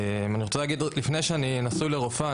עוד לפני שאני נשוי לרופאה,